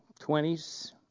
20s